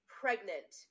pregnant